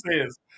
says